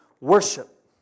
worship